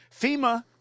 FEMA